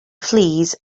flees